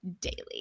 daily